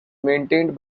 maintained